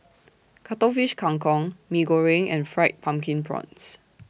Cuttlefish Kang Kong Mee Goreng and Fried Pumpkin Prawns